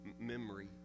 memory